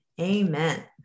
Amen